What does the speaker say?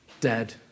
dead